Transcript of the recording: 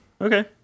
Okay